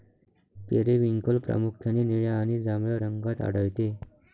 periwinkle प्रामुख्याने निळ्या आणि जांभळ्या रंगात आढळते